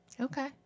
Okay